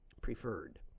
preferred